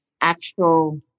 actual